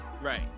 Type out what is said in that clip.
right